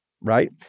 Right